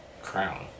Crown